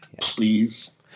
please